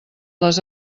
les